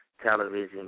Television